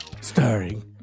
starring